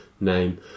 name